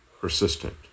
persistent